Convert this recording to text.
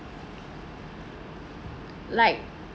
like